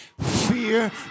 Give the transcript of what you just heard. Fear